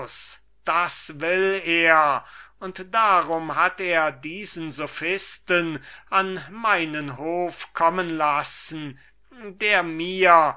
das will er und darum hat er diesen plato an meinen hof kommen lassen der mir